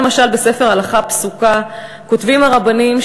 למשלי בספר "הלכה פסוקה" כותבים הרבנים,